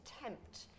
attempt